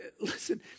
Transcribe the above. Listen